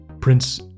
Prince